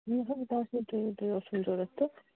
یی حظ بَس یوتٕے یوتٕے اوسُم ضوٚرَتھ تہٕ